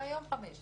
והיום 15 שנים.